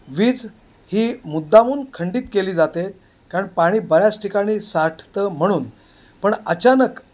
वीज ही मुद्दामून खंडित केली जाते कारण पाणी बऱ्याच ठिकाणी साठतं म्हणून पण अचानक